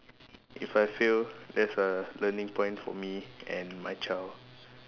if I fail that's a learning point for me and my child